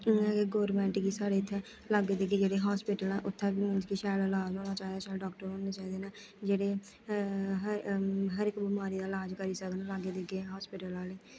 हून गौरमैंट गी साढ़े इत्थै लागे दिग्गै जेह्ड़े हास्पिटल ऐ उत्थै गै मींस कि शैल ईलाज होना चाहिदा छड़ा डाक्टर गै होना चाहिदे न जेह्ड़े हर इक बमारी दा ईलाज करी सकन लागे दिग्गे हास्पिटल आह्ले